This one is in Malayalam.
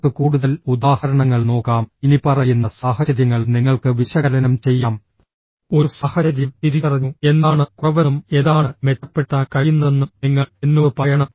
നമുക്ക് കൂടുതൽ ഉദാഹരണങ്ങൾ നോക്കാം ഇനിപ്പറയുന്ന സാഹചര്യങ്ങൾ നിങ്ങൾക്ക് വിശകലനം ചെയ്യാം ഒരു സാഹചര്യം തിരിച്ചറിഞ്ഞു എന്താണ് കുറവെന്നും എന്താണ് മെച്ചപ്പെടുത്താൻ കഴിയുന്നതെന്നും നിങ്ങൾ എന്നോട് പറയണം